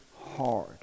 hard